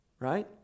Right